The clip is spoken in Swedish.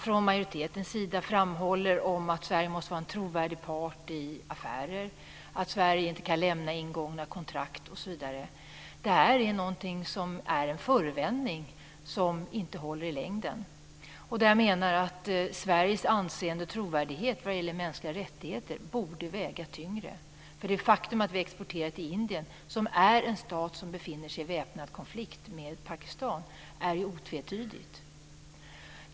Från majoriteten framhåller man att Sverige måste vara en trovärdig part i affärer, att Sverige inte kan bryta ingångna kontrakt osv. Men detta är en förevändning som inte håller i längden. Sveriges anseende och trovärdighet när det gäller mänskliga rättigheter borde väga tyngre. Det faktum att vi exporterar till Indien, som är en stat som befinner sig i en väpnad konflikt med Pakistan, är otvetydigt.